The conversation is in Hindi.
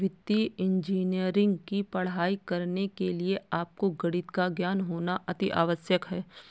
वित्तीय इंजीनियरिंग की पढ़ाई करने के लिए आपको गणित का ज्ञान होना अति आवश्यक है